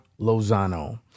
Lozano